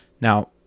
Now